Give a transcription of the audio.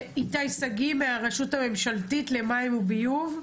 שגיא, הרשות הממשלתית למים וביוב,